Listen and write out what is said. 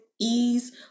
ease